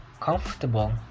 comfortable